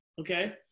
okay